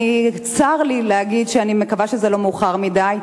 צר לי להגיד שאני מקווה שזה לא מאוחר מדי,